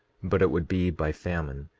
but it would be by famine,